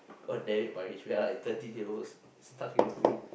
god damn it Parish we're like thirteen year olds stuck in a room